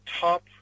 top –